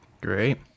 Great